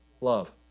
love